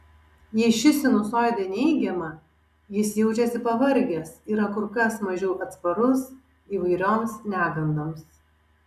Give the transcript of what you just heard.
jei ši sinusoidė neigiama jis jaučiasi pavargęs yra kur kas mažiau atsparus įvairioms negandoms